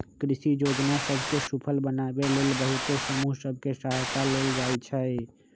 कृषि जोजना सभ के सूफल बनाबे लेल बहुते समूह सभ के सहायता लेल जाइ छइ